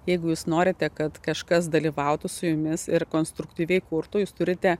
jeigu jūs norite kad kažkas dalyvautų su jumis ir konstruktyviai kurtų jūs turite